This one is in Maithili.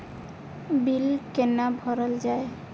बील कैना भरल जाय?